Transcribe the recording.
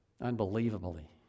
unbelievably